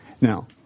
Now